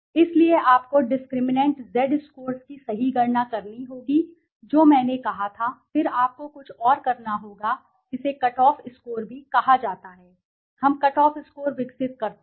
इसलिए आपको discriminant Z scores की सही गणना करनी होगी जो मैंने कहा था फिर आपको कुछ और करना होगा इसे कट ऑफ स्कोर भी कहा जाता है हम कट ऑफ स्कोरविकसित करते हैं